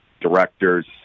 directors